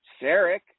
Sarek